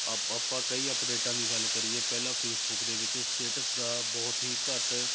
ਆਪਾਂ ਕਈ ਅਪਡੇਟਾਂ ਦੀ ਗੱਲ ਕਰੀਏ ਪਹਿਲਾਂ ਫੇਸਬੁੱਕ ਦੇ ਵਿੱਚ ਸਟੇਟਸ ਦਾ ਬਹੁਤ ਹੀ ਘੱਟ